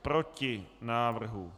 Proti návrhu.